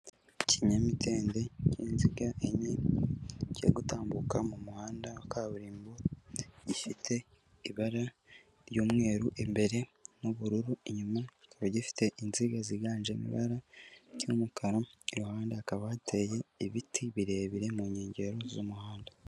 Ikinyamitende cy'inziga enye kiri gutambuka mu muhanda wa kaburimbo gifite ibara ry'umweru imbere n'ubururu inyuma kikaba gifite inziga ziganjemo ibara ry'umukara iruhande akaba hateye ibiti birebire mu nkengero z'umuhanda.